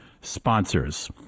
sponsors